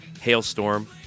Hailstorm